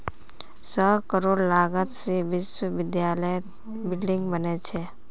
सौ करोड़ लागत से विश्वविद्यालयत बिल्डिंग बने छे